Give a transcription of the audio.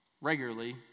regularly